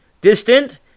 Distant